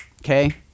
Okay